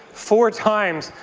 four times.